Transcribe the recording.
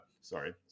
sorry